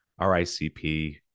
RICP